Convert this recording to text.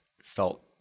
felt